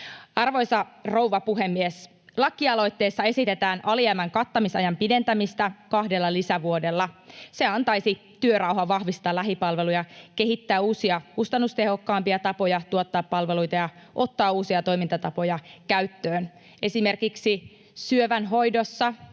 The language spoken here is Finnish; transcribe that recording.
Arvoisa rouva puhemies! Lakialoitteessa esitetään alijäämän kattamisajan pidentämistä kahdella lisävuodella. Se antaisi työrauhan vahvistaa lähipalveluja, kehittää uusia, kustannustehokkaampia tapoja tuottaa palveluita ja ottaa uusia toimintatapoja käyttöön. Esimerkiksi syövän hoidossa